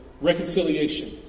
Reconciliation